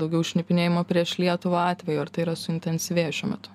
daugiau šnipinėjimo prieš lietuvą atvejų ar tai yra suintensyvėję šiuo metu